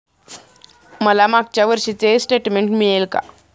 मला मागच्या वर्षीचे स्टेटमेंट मिळेल का?